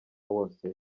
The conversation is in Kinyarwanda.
wose